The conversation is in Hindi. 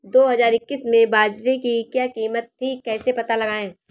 दो हज़ार इक्कीस में बाजरे की क्या कीमत थी कैसे पता लगाएँ?